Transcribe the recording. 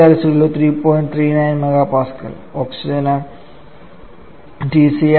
39 MPa For oxygen Tcr 154